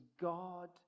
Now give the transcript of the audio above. God